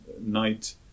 night